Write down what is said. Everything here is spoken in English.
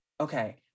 okay